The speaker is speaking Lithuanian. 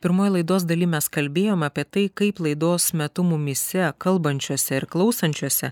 pirmoj laidos daly mes kalbėjom apie tai kaip laidos metu mumyse kalbančiuose ir klausančiuose